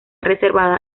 reservada